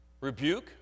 rebuke